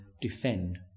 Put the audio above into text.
defend